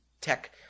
tech